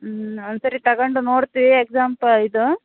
ಹ್ಞೂ ಒಂದ್ಸರಿ ತಗೊಂಡು ನೋಡ್ತೀವಿ ಎಕ್ಸಾಂಪ ಇದು